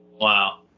Wow